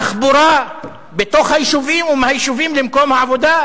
תחבורה בתוך היישובים ומהיישובים למקום העבודה,